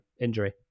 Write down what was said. injury